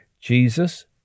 Jesus